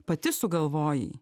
pati sugalvojai